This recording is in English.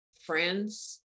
friends